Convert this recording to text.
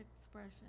expression